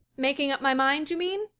making up my mind, you mean?